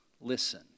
listen